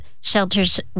shelters